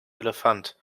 elefant